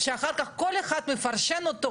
שאחר כך כל אחד מפרשן אותו,